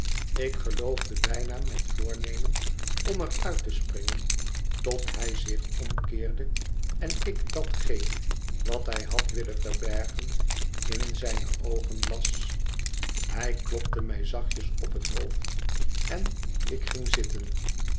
ik geloofde bijna met voornemen om er uit te springen tot hij zich omkeerde en ik datgene wat hij had willen verbergen in zijne oogen las hij klopte mij zachtjes op het hoofd en ik ging zitten